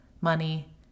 money